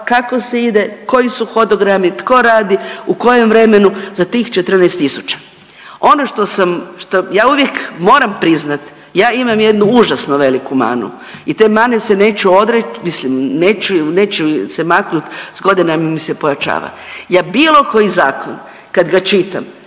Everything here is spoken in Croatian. kako se ide, koji su hodogrami, tko radi u kojem vremenu za tih 14 tisuća. Ono što sam što, ja uvijek moram priznati ja imam jednu užasno veliku manu i te mane se neću odreći, mislim neću, neću se maknut s godinama mi se pojačava. Ja bilo koji zakon kad ga čitam,